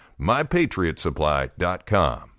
MyPatriotsupply.com